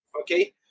okay